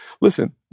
Listen